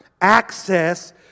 access